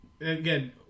again